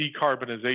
decarbonization